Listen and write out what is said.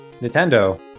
Nintendo